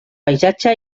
paisatge